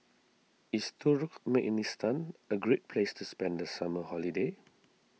is Turkmenistan a great place to spend the summer holiday